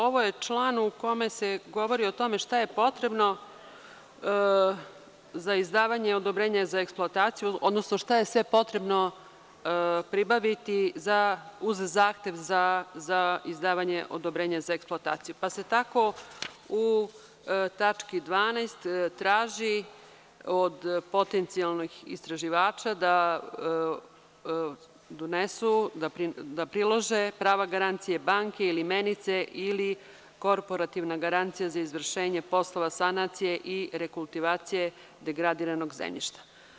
Ovo je član u kome se govori o tome šta je potrebno za izdavanje odobrenja za eksploataciju, odnosno šta je sve potrebno pribaviti uz zahtev za izdavanje odobrenja za eksploataciju, pa se tako u tački 12. traži od potencijalnih istraživača da prilože prava garancije banke ili menice ili korporativna garancija za izvršenje poslova sanacije i rekultivacije degradiranog zemljišta.